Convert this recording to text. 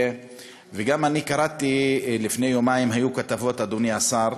וגם אני קראתי, לפני יומיים היו כתבות, אדוני השר,